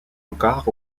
encore